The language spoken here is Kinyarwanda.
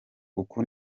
uku